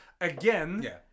again